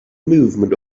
movement